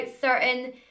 certain